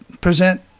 present